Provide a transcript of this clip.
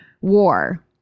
war